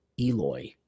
Eloy